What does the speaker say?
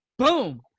boom